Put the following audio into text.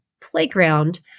playground